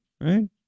right